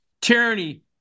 Tyranny